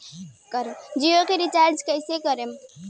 जियो के रीचार्ज कैसे करेम?